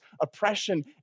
oppression